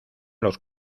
los